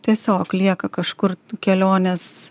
tiesiog lieka kažkur kelionės